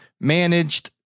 managed